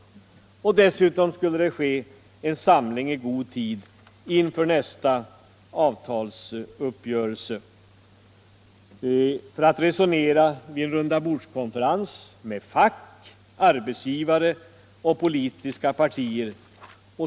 Dessutom skulle det ske en samling i god tid inför nästa avtalsrörelse för att resonera vid en rundabordskonferens med fack, arbetsgivare och politiska partier.